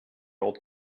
old